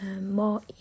more